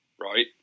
right